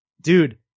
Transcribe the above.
dude